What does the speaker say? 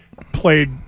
played